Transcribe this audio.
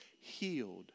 healed